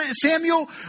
Samuel